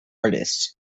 artist